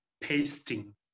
pasting